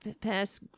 pass